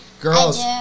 girls